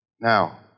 Now